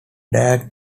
dag